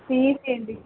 CEC అండి